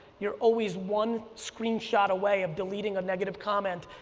you're always one screenshot away of deleting a negative comment,